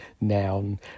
noun